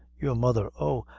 your mother! oh!